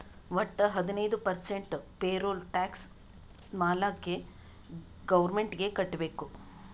ವಟ್ಟ ಹದಿನೈದು percent payroll tax ಮಾಲ್ಲಾಕೆ ಗೌರ್ಮೆಂಟ್ಗ್ ಕಟ್ಬೇಕ್